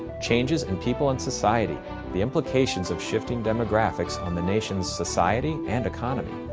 changes in people and society the implications of shifting demographics on the nation's society and economy.